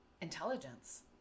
intelligence